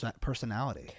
personality